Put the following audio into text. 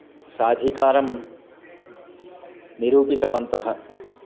साधिकारं निरूपितवन्तः